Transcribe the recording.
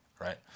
right